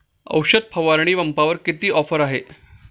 औषध फवारणी पंपावर किती ऑफर आहे?